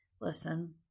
listen